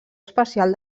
espacial